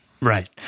Right